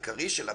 העיקרי שלה,